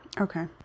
Okay